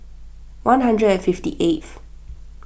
one hundred and fifty eighth